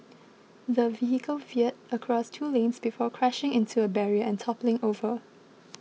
the vehicle veered across two lanes before crashing into a barrier and toppling over